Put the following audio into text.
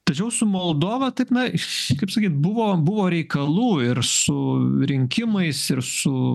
tačiau su moldova taip na ši kaip sakyt buvo buvo reikalų ir su rinkimais ir su